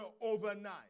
overnight